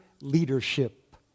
leadership